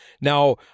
Now